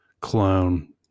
clone